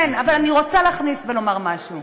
כן, אבל אני רוצה להכניס ולומר משהו.